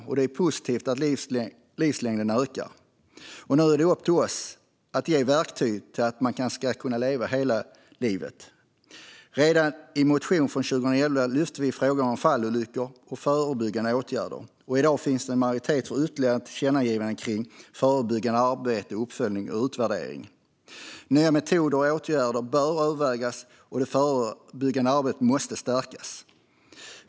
Och det är positivt att livslängden ökar. Nu är det upp till oss att ge verktyg för att människor ska kunna leva hela livet. Redan i motioner från 2011 lyfte vi fram frågan om fallolyckor och förebyggande åtgärder. Och i dag finns det en majoritet för ytterligare ett förslag till tillkännagivande kring förebyggande arbete, uppföljning och utvärdering. Nya metoder och åtgärder bör övervägas, och det förebyggande arbetet måste stärkas.